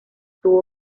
tuvo